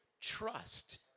trust